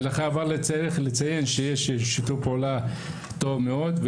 אני חייב לציין שיש שיתוף פעולה טוב מאוד,